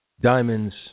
Diamonds